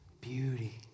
beauty